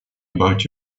about